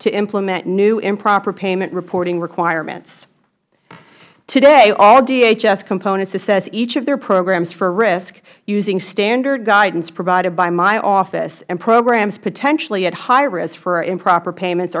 to implement new improper payment reporting requirements today all dhs components assess each of their programs for risk using standard guidance provided by my office and programs potentially at high risk for improper payments